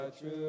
true